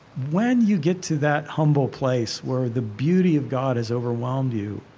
when you get to that humble place where the beauty of god has overwhelmed you,